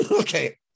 okay